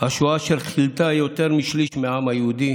השואה אשר כילתה יותר משליש מהעם היהודי